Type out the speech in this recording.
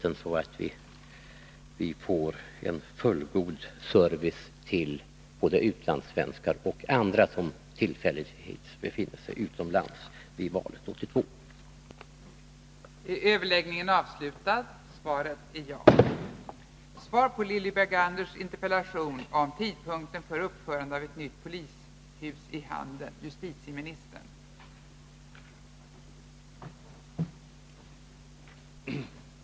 Det är ju viktigt att vi får en fullgod service för våra utlandssvenskar och andra svenskar som tillfälligtvis befinner sig utomlands vid valet 1982.